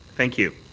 thank you.